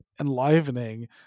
enlivening